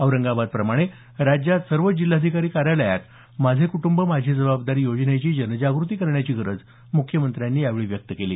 औरंगाबाद प्रमाणे राज्यात सर्व जिल्हाधिकारी कार्यालयात माझे कुटुंब माझी जबाबदारी योजनेची जनजागृती करण्याची गरज मुख्यमंत्र्यांनी यावेळी व्यक्त केली